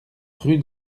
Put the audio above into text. rue